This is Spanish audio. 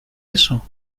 eso